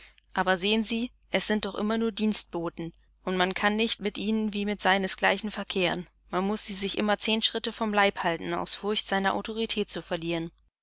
aber sehen sie es sind doch immer nur dienstboten und man kann nicht mit ihnen wie mit seinesgleichen verkehren man muß sie sich immer zehn schritte vom leibe halten aus furcht seine autorität zu verlieren